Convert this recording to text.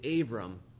Abram